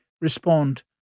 respond